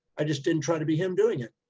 i just didn't try to be him doing it.